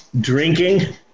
drinking